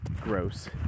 gross